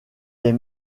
des